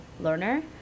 learner